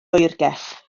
oergell